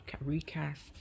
recast